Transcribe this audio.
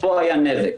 פה היה נזק',